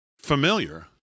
familiar